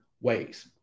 ways